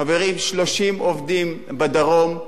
חברים, 30 עובדים בדרום.